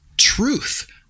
Truth